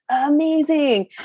amazing